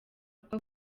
kuko